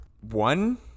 one